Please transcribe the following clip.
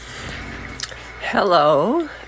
Hello